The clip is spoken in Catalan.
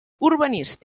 urbanístic